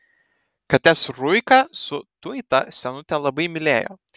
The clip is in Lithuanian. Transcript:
kates ruiką su tuita senutė labai mylėjo